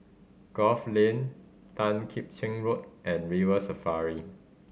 Grove Lane Tan Kim Cheng Road and River Safari